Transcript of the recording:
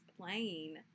playing